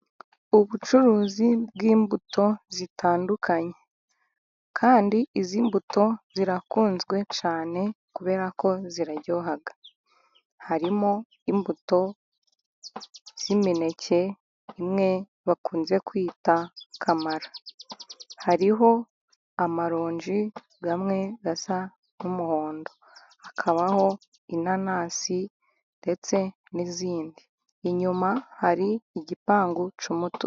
Ubucuruzi bw'imbuto zitandukanye, kandi izi mbuto zirakunzwe cyane kubera ko ziraryoha, harimo imbuto z'imineke imwe bakunze kwita kamara ,hariho amaronji amwe asa n'umuhondo ,hakabaho inanasi ndetse n'izindi, inyuma hari igipangu cy'umutuku.